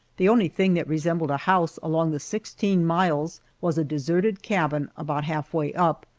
the only thing that resembled a house along the sixteen miles was a deserted cabin about half way up,